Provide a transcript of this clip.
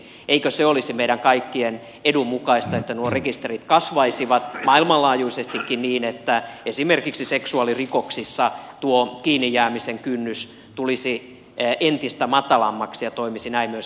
eikö se olisi meidän kaikkien edun mukaista että nuo rekisterit kasvaisivat maailmanlaajuisestikin niin että esimerkiksi seksuaalirikoksissa kiinni jäämisen kynnys tulisi entistä matalammaksi ja toimisi näin myös